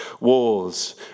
wars